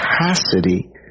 capacity